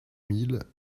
mille